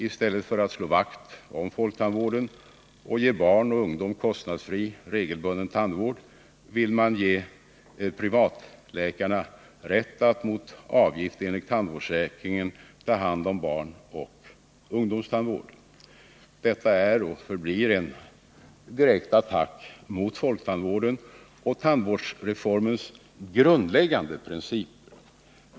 I stället för att slå vakt om folktandvården — som ger barn och ungdom kostnadsfri regelbunden tandvård — vill man ge privattandläkarna rätt att mot avgift enligt tandvårdsförsäkringen ta hand om barnoch ungdomstandvården. Detta är och förblir en attack mot folktandvården och tandvårdsreformens grundläggande principer.